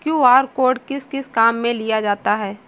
QR code किस किस काम में लिया जाता है?